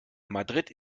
madrid